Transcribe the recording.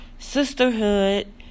Sisterhood